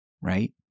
right